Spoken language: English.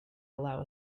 allow